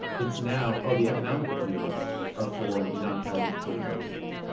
it's now, oh, the economic appeals are for the non-college educated white people.